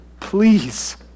Please